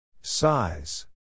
Size